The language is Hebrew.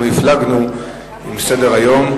אנחנו הפלגנו עם סדר-היום,